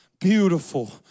beautiful